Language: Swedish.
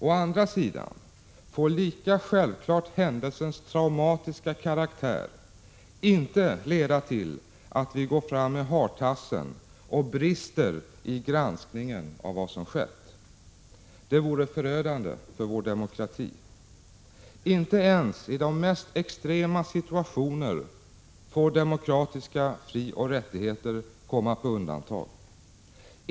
Å andra sidan får lika självklart händelsens traumatiska karaktär inte leda till att vi går fram med hartassen och brister i granskningen av vad som skett. Det vore förödande för vår demokrati. Inte ens i de mest extrema situationer får demokratiska frioch rättigheter komma på undantag.